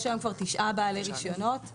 יש היום כבר תשעה בעלי רשיונות.